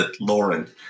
Lauren